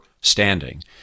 standing